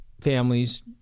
families